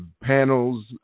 panels